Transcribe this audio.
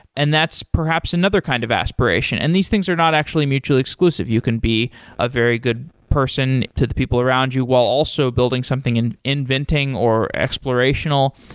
and that's perhaps another kind of aspiration, and these things are not actually mutually exclusive. you can be a very good person to the people around you while also building something and inventing or explorational.